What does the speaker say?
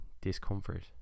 discomfort